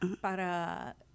para